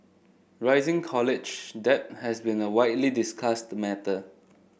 rising college debt has been a widely discussed matter